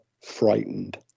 frightened